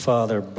Father